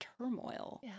turmoil